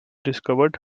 discovered